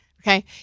okay